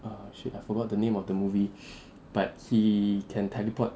err shit I forgot the name of the movie but he can teleport